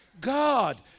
God